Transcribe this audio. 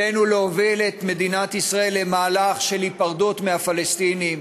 עלינו להוביל את מדינת ישראל למהלך של היפרדות מהפלסטינים,